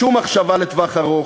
שום מחשבה לטווח ארוך.